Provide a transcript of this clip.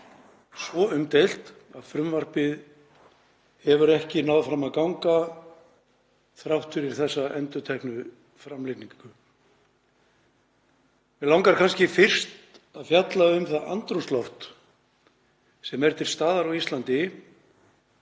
svo umdeilt að frumvarpið hefur ekki náð fram að ganga þrátt fyrir þessa endurteknu framlagningu. Mig langar kannski fyrst að fjalla um andrúmsloft sem er til staðar á Íslandi